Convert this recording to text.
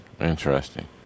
Interesting